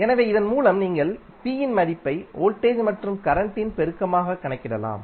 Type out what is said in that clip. எனவே இதன் மூலம் நீங்கள் p இன் மதிப்பை வோல்டேஜ் மற்றும் கரண்ட் இன் பெருக்கமாக கணக்கிடலாம்